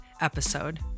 episode